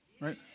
Right